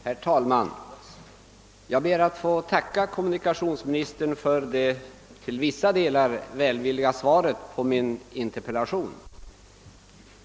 Herr talman! Jag ber att få tacka kommunikationsministern för det till vissa delar välvilliga svaret på min interpellation.